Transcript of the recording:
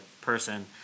person